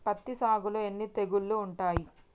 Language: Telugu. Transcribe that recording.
పత్తి సాగులో ఎన్ని తెగుళ్లు ఉంటాయి?